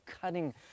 cutting